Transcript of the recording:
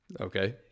okay